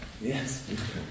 Yes